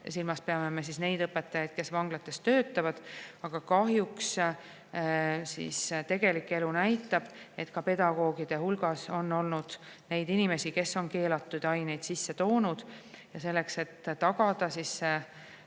tegema. Peame silmas neid õpetajaid, kes vanglates töötavad. Aga kahjuks tegelik elu näitab, et ka pedagoogide hulgas on olnud neid inimesi, kes on keelatud aineid sisse viinud. Ja selleks, et tagada vangla